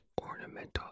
ornamental